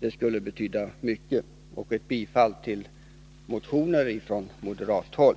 Det skulle betyda mycket och även vara ett bifall till motionen från moderat håll.